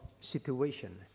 situation